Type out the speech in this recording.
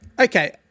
Okay